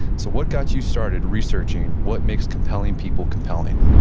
so what got you started researching, what makes compelling people compelling?